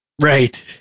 Right